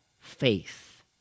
faith